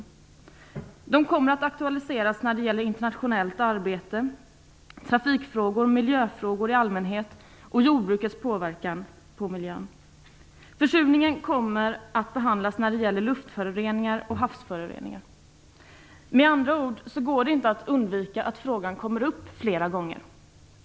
Försurningsproblemen kommer att aktualiseras när det gäller internationellt arbete, trafik och miljöfrågor i allmänhet samt jordbrukets påverkan på miljön. Försurningen kommer att behandlas när det gäller luft och havsföroreningar. Med andra ord går det inte att undvika att frågan kommer upp flera gånger.